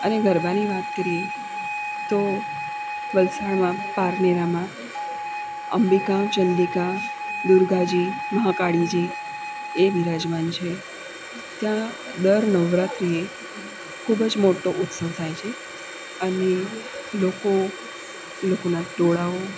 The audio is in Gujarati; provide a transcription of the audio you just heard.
અને ગરબાની વાત કરીએ તો વલસાડમાં પારનેરામાં અંબિકા ચંડીકા દુર્ગા જી મહાકાળી જી એ બિરાજમાન છે ત્યાં દર નવરાત્રી એ ખૂબ જ મોટો ઉત્સવ થાય છે અને લોકો લોકોનાં ટોળાંઓ